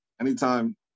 Anytime